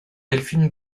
delphine